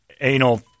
anal